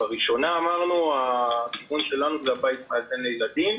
לראשונה אמרנו שהתכנון שלנו זה בית מאזן לילדים.